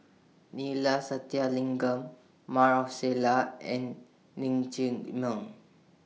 Neila Sathyalingam Maarof Salleh and Lin Chee Meng